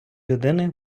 людини